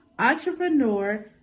entrepreneur